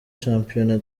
shampiyona